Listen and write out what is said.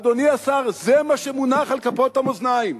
אדוני השר, זה מה שמונח על כפות המאזניים.